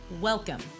Welcome